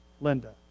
Linda